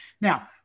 Now